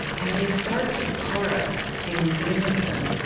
and they start to chorus in unison,